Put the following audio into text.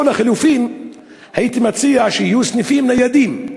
או לחלופין הייתי מציע שיהיו סניפים ניידים,